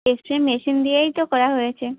spray machine দিয়েই তো করা হয়েছে